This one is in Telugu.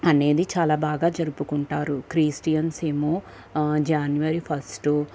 అనేది చాలా బాగా జరుపుకుంటారు క్రిస్టియన్స్ ఏమో జనవరి ఫస్టు